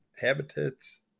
habitats